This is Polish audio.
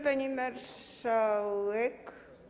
Pani Marszałek!